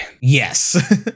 yes